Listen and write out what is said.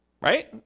Right